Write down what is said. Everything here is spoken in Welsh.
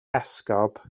esgob